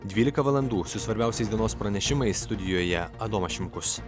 dvylika valandų su svarbiausiais dienos pranešimais studijoje adomas šimkus